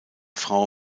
frau